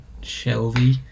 Shelby